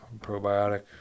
probiotic